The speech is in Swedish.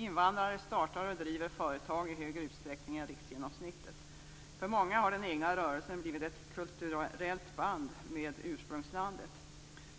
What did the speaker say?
Invandrare startar och driver företag i större utsträckning än riksgenomsnittet. För många har den egna rörelsen blivit ett kulturellt band med ursprungslandet.